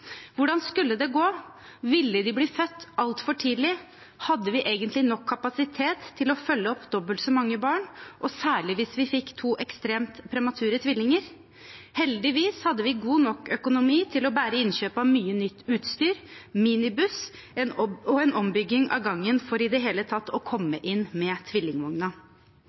Hvordan skulle det gå? Ville de bli født altfor tidlig? Hadde vi egentlig nok kapasitet til å følge opp dobbelt så mange barn – og særlig hvis vi fikk ekstremt premature tvillinger? Heldigvis hadde vi god nok økonomi til å bære innkjøp av mye nytt utstyr, minibuss og en ombygging av gangen for i det hele tatt å komme inn med